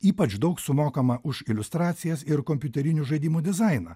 ypač daug sumokama už iliustracijas ir kompiuterinių žaidimų dizainą